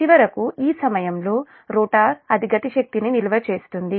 చివరకు ఈ సమయంలో రోటర్ అది గతి శక్తిని నిల్వ చేస్తుంది